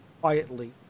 Quietly